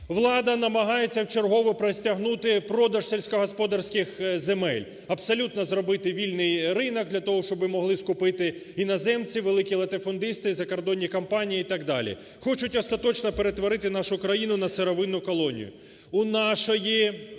Влада намагається вчергове протягнути продаж сільськогосподарських земель. Абсолютно зробити вільний ринок для того, щоби могли скупити іноземці, великі латифундисти, закордонні компанії, і так далі. Хочуть остаточно перетворити нашу країну на сировинну колонію.